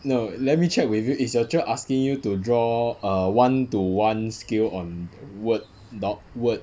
no let me check with you is your cher asking you to draw err one to one scale on word doc word